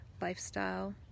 lifestyle